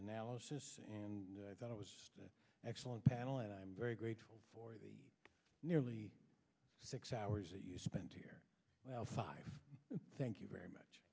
analysis and i thought it was excellent panel and i'm very grateful for the nearly six hours that you spent here well five thank you very much